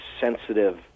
sensitive